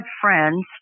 friends